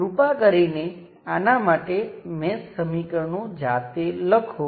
ચાલો હવે હું બીજું ઉદાહરણ બતાવું હું એ જ સર્કિટ લઈશ